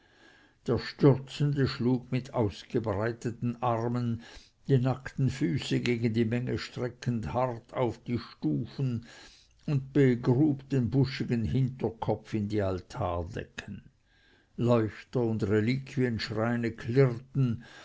der stürzende schlug mit ausgebreiteten armen die nackten füße gegen die menge streckend hart auf die stufen und begrub den buschigen hinterkopf in die altardecken leuchter und reliquienschreine klirrten